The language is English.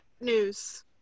news